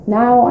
now